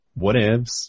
whatevs